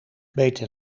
beter